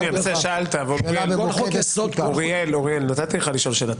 משפטיים --- אוריאל, נתתי לך לשאול שאלה.